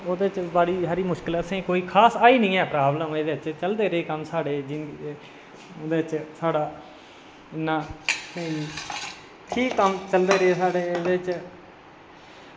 ओह्दे च इन्नी हारी मुश्कल असें ई खास आई निं ऐ प्रॉब्लम एह्दे च चलदे रेह् कम्म साढ़े एह्दे च साढ़ा इन्ना ठीक कम्म चलदा रेहा एह्दे च